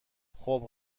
خوب